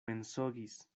mensogis